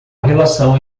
relação